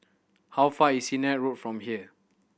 how far is Sennett Road from here